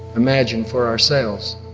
imagine for ourselves?